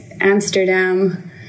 amsterdam